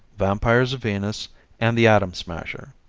vampires of venus and the atom smasher.